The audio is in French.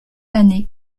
année